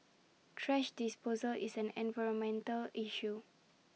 thrash disposal is an environmental issue